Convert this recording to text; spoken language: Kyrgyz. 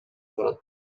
барат